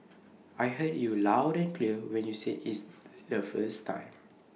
I heard you loud and clear when you said its the first time